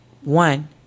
One